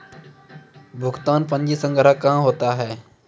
भुगतान पंजी संग्रह कहां होता हैं?